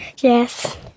Yes